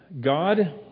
God